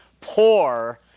poor